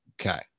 Okay